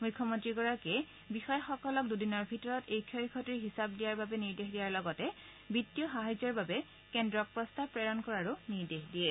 মুখ্যমন্ত্ৰীগৰাকীয়ে বিয়য়াসকলক দুদিনৰ ভিতৰত এই ক্ষয় ক্ষতিৰ হিচাপ দিয়াৰ বাবে নিৰ্দেশ দিয়াৰ লগতে বিত্তীয় সাহায্যৰ বাবে কেন্দ্ৰক প্ৰস্তাৱ প্ৰেৰণ কৰাৰো নিৰ্দেশ দিয়ে